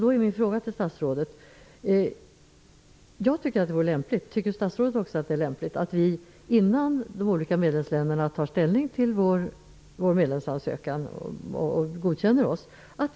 Då är min fråga till statsrådet: Tycker statsrådet liksom jag att det är lämpligt att vi, innan de olika medlemsländerna godkänner vår medlemsansökan, gör som Daniel Tarschys?